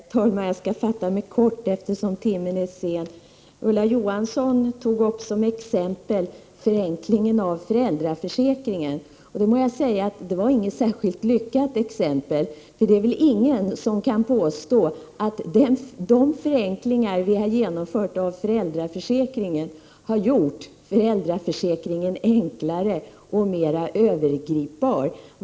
Herr talman! Jag skall fatta mig kort, eftersom timmen är sen. Ulla Johansson tog som exempel upp förenklingen av föräldraförsäkringen. Jag måste säga att det inte var något särskilt lyckat exempel. Ingen kan väl påstå att de förenklingar som vi har genomfört i föräldraförsäkringen har gjort denna enklare och mera överblickbar.